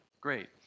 Great